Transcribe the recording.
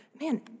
Man